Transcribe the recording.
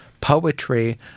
poetry